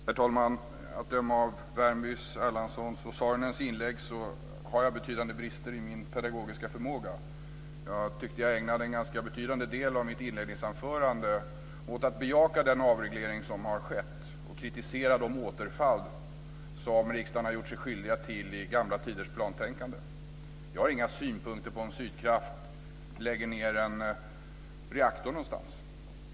Herr talman! Att döma av Värmbys, Erlandssons och Saarinens inlägg har jag betydande brister i min pedagogiska förmåga. Jag tyckte att jag ägnade en betydande del av mitt inledningsanförande åt att bejaka den avreglering som har skett och kritisera de återfall som riksdagen har gjort sig skyldig till i gamla tiders plantänkande. Jag har inga synpunkter på om Sydkraft lägger ned en reaktor någonstans.